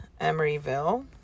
Emeryville